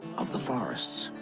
of the forests,